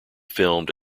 filmed